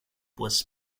was